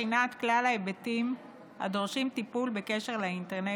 לבחינת כלל ההיבטים הדורשים טיפול בקשר לאינטרנט,